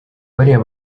bariya